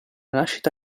nascita